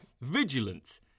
vigilant